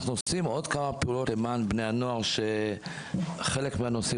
אנחנו עושים עוד כמה פעולות למען בני הנוער שחלק מהנושאים